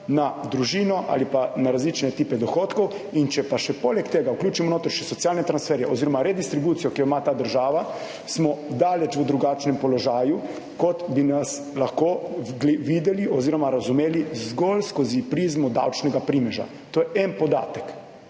na družino ali pa na različne tipe dohodkov in če pa še poleg tega vključimo noter še socialne transferje oziroma redistribucijo, ki jo ima ta država, smo daleč v drugačnem položaju, kot bi nas lahko videli oziroma razumeli zgolj skozi prizmo davčnega primeža. To je en podatek,